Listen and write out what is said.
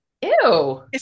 Ew